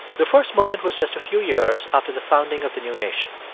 the first moment was just a few years after the founding of the new nation